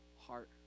heart